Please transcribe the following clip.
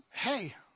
hey